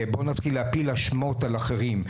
בואו נתחיל להפיל אשמות על אחרים,